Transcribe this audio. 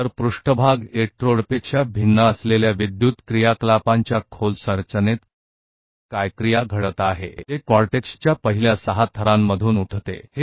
तोविद्युत गतिविधि की गहरी संरचना मैं क्या गतिविधि हो रही है जोकि सरफेस इलेक्ट्रोड से अलग है जो कोर्टेक्स से पहले 6 परतों से पिकअप करती है